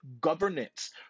governance